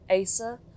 Asa